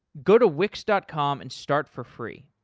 go to wix dot com and start for free!